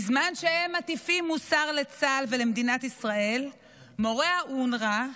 בזמן שהם מטיפים מוסר לצה"ל ולמדינת ישראל מורי אונר"א,